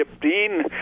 Dean